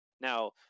now